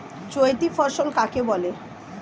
চৈতি ফসল কাকে বলে?